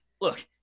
look